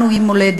לנו היא מולדת,